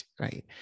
right